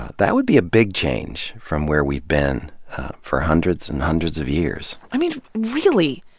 that would be a big change from where we've been for hundreds and hundreds of years. i mean, really.